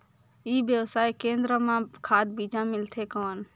ई व्यवसाय केंद्र मां खाद बीजा मिलथे कौन?